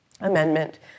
amendment